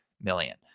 million